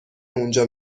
اونجا